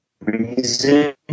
reason